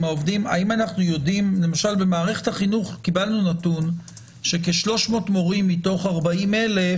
העובדים ממערכת החינוך קיבלנו נתון שכ-300 מורים מתוך 40,000